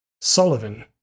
Sullivan